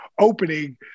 opening